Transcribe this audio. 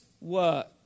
work